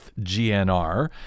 GNR